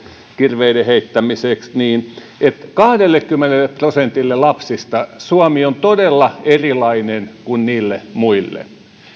kirveiden heittämiseksi että kahdellekymmenelle prosentille lapsista suomi on todella erilainen kuin niille muille